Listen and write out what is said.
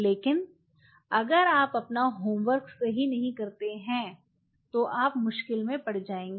लेकिन अगर आप अपना होमवर्क सही नहीं करते हैं तो आप मुश्किल में पड़ जाएंगे